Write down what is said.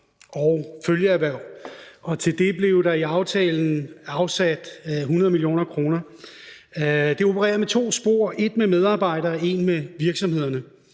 og følgeerhverv. Til det blev der i aftalen afsat 100 mio. kr. Det opererer med to spor: et med medarbejdere og et med virksomhederne.